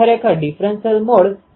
હવે આ બંને પાથ વચ્ચે કેટલો તફાવત છે